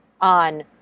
on